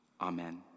Amen